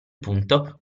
punto